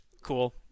Cool